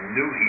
new